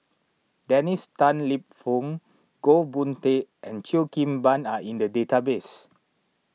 Dennis Tan Lip Fong Goh Boon Teck and Cheo Kim Ban are in the database